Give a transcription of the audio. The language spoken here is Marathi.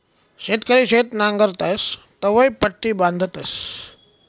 शेतकरी शेत नांगरतस तवंय पट्टी बांधतस